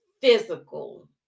physical